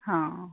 ಹಾಂ